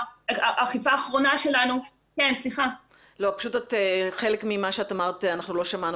האחרונה שלנו --- הקול שלך נקטע ואנחנו לא שומעים